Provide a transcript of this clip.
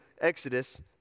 Exodus